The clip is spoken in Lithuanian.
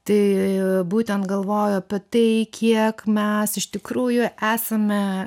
tai būtent galvojau apie tai kiek mes iš tikrųjų esame